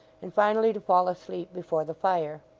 and finally to fall asleep before the fire.